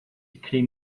creme